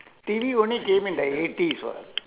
T_V only came in the eighties [what]